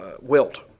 wilt